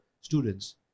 students